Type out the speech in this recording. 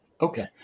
Okay